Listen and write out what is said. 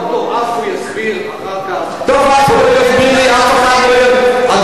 מי שמבין ברפואה זה אני ולא אתה.